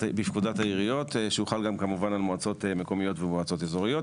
העיריות שיוחל כמובן גם על מועצות מקומיות ומועצות אזוריות.